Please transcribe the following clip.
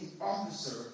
officer